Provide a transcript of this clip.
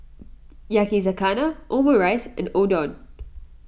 Yakizakana Omurice and Udon